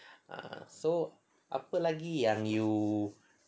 ah so apa lagi yang you